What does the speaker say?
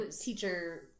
teacher